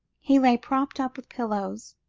he lay propped up with pillows,